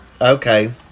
Okay